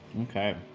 Okay